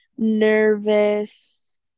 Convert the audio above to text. nervous